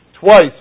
Twice